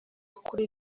kuri